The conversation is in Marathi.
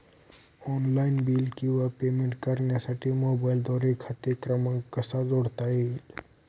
ऑनलाईन बिल किंवा पेमेंट करण्यासाठी मोबाईलद्वारे खाते क्रमांक कसा जोडता येईल?